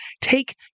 take